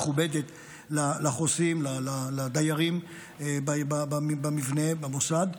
מכובדת, לחוסים, לדיירים במבנה, במוסד,